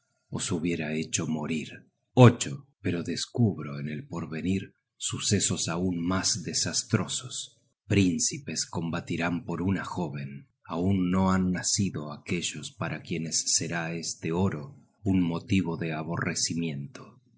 circunstancia os hubiera hecho morir pero descubro en el porvenir sucesos aun mas desastrosos príncipes combatirán por una jóven aun no han nacido aquellos para quienes será este oro un motivo de aborrecimiento